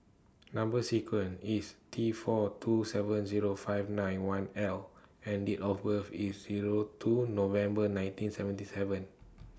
Number sequence IS T four two seven Zero five nine one L and Date of birth IS Zero two November nineteen seventy seven